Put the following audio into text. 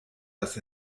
dass